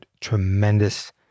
tremendous